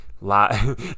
lot